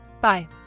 Bye